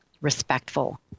respectful